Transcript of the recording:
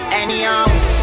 anyhow